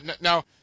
Now